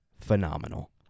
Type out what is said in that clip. phenomenal